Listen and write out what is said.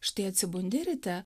štai atsibundi ryte